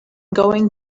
going